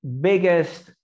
biggest